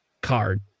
card